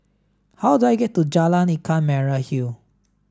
how do I get to Jalan Ikan Merah Hill